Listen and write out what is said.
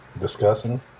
discussing